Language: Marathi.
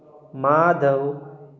माधव